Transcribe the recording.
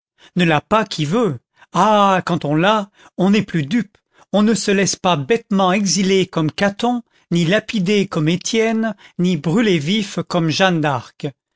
ne l'a pas qui veut ah quand on l'a on n'est plus dupe on ne se laisse pas bêtement exiler comme caton ni lapider comme étienne ni brûler vif comme jeanne d'arc